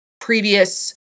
previous